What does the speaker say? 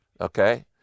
Okay